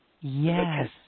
Yes